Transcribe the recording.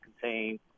contain